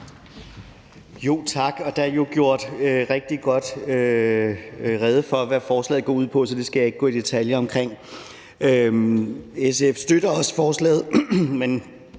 Tak. Der er jo gjort rigtig godt rede for, hvad forslaget går ud på, så det skal jeg ikke gå i detaljer omkring. SF støtter også forslaget. Jeg